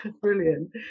brilliant